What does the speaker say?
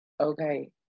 okay